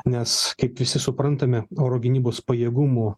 nes kaip visi suprantame oro gynybos pajėgumų